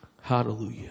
Hallelujah